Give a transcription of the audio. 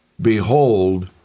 Behold